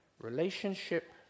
Relationship